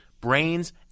Brains